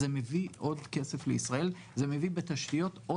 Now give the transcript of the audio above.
אז צריך להביא את זה בחשבון